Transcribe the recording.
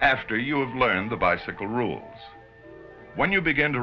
after you have learn the bicycle rule when you begin to